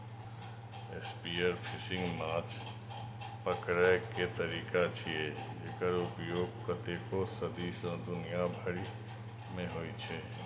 spearfishing माछ पकड़ै के तरीका छियै, जेकर उपयोग कतेको सदी सं दुनिया भरि मे होइ छै